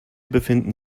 befinden